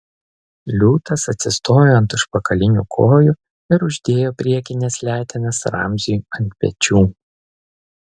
liūtas atsistojo ant užpakalinių kojų ir uždėjo priekines letenas ramziui ant pečių